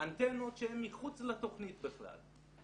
אנטנות שהן מחוץ לתוכנית בכלל,